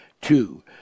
Two